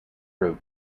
wrote